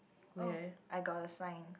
oh I got a sign